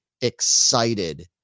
excited